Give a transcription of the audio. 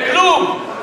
זה כלום?